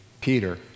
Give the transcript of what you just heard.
Peter